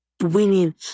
winning